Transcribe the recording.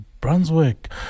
Brunswick